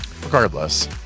regardless